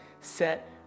set